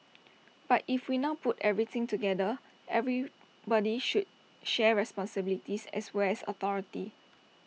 but if we now put everything together everybody should share responsibilities as well as authority